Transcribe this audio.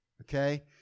Okay